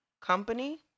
company